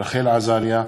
רחל עזריה,